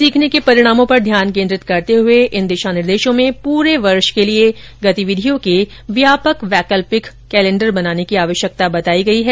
सीखने के परिणामों पर ध्यान केन्द्रित करते हुए इन दिशा निर्देशों में पूरे वर्ष के लिए गतिविधियों के व्यापक वैकल्पिक कैलेंडर बनाने की आवश्यकता बताई गई है